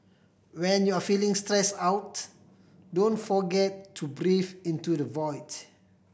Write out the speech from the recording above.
when you are feeling stress out don't forget to breathe into the void